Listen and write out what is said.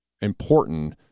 important